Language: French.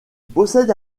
possède